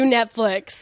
Netflix